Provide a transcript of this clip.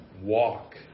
Walk